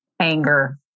anger